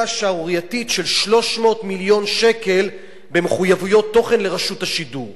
השערורייתית של 300 מיליון שקל במחויבויות תוכן לרשות השידור.